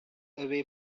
away